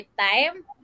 time